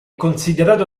considerato